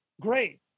great